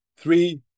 Three